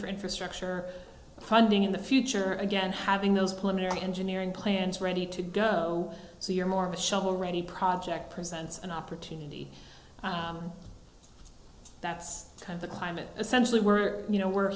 for infrastructure funding in the future again having those plumbing or engineering plans ready to go so you're more of a shovel ready project presents an opportunity that's kind of the climate essentially we're you know we're